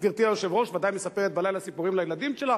גברתי היושבת-ראש ודאי מספרת בלילה סיפורים לילדים שלה,